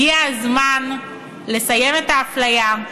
הגיע הזמן לסיים את האפליה,